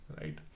Right